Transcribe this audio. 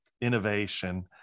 innovation